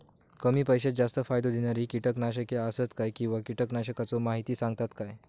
कमी पैशात जास्त फायदो दिणारी किटकनाशके आसत काय किंवा कीटकनाशकाचो माहिती सांगतात काय?